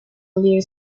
little